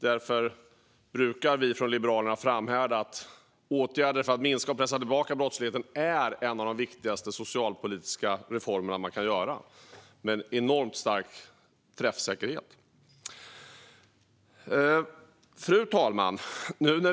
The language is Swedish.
Därför brukar vi från Liberalernas sida framhålla att åtgärder för att minska och pressa tillbaka brottsligheten tillhör de viktigaste socialpolitiska reformer man kan göra, med en enormt stark träffsäkerhet. Fru talman!